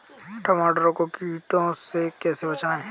टमाटर को कीड़ों से कैसे बचाएँ?